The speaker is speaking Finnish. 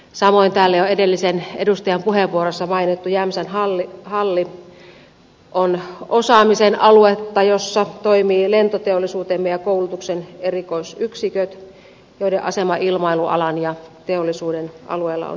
samoin täällä jo edellisen edustajan puheenvuorossa mainittu jämsän halli on osaamisen aluetta jossa toimivat lentoteollisuutemme ja koulutuksen erikoisyksiköt joiden asema ilmailualan ja teollisuuden alueella on hyvin vahva